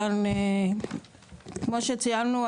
כמו שציינו,